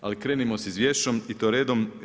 Ali krenimo sa izvješćem i to redom.